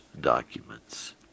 documents